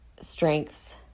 strengths